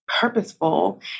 Purposeful